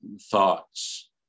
thoughts